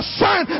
son